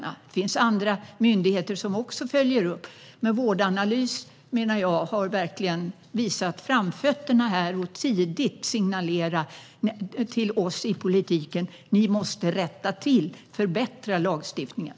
Det finns andra myndigheter som också följer upp, men Vårdanalys menar jag verkligen har visat framfötterna här och tidigt signalerat till oss i politiken: Ni måste rätta till det här och förbättra lagstiftningen.